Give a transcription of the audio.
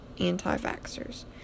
anti-vaxxers